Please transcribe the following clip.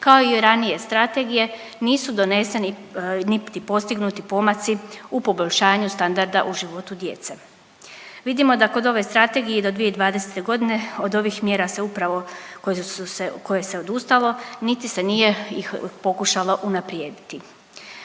kao i ranije strategije, nisu doneseni niti postignuti pomaci u poboljšanju standarda u životu djece. Vidimo da kod ove strategije i do 2020. godine od ovih mjera se upravo, koje se odustalo niti se nije ih pokušalo unaprijediti.